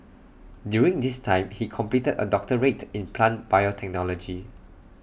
during this time he completed A doctorate in plant biotechnology